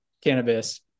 cannabis